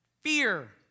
fear